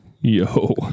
Yo